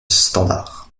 standard